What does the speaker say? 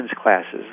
classes